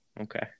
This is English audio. Okay